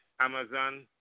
Amazon